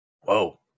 Whoa